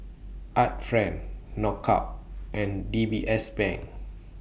Art Friend Knockout and D B S Bank